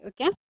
okay